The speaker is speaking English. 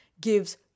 gives